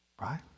Right